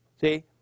See